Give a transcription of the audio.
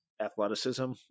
athleticism